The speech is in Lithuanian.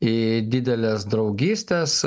į dideles draugystes